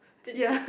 did did